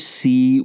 see